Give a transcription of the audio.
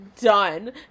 done